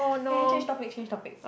okay change topic change topic